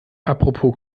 apropos